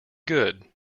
good